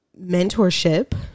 mentorship